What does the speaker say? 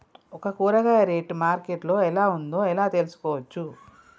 ఒక కూరగాయ rate market లో ఎలా ఉందో ఎలా తెలుసుకోవచ్చు?